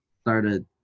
started